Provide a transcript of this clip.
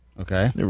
Okay